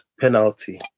penalty